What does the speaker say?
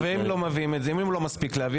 ואם לא מביאים את זה, ואם הוא לא מספיק להביא?